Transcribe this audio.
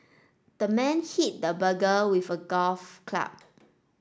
the man hit the burger with a golf club